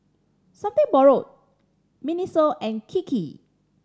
Borrowed MINISO and Kiki